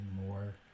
more